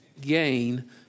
gain